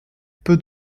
peu